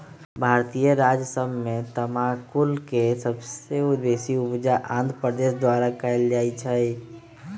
भारतीय राज्य सभ में तमाकुल के सबसे बेशी उपजा आंध्र प्रदेश द्वारा कएल जाइ छइ